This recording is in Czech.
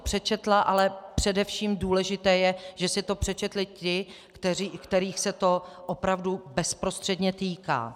Přečetla jsem si to, ale především důležité je, že si to přečetli ti, kterých se to opravdu bezprostředně týká.